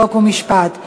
חוק ומשפט נתקבלה.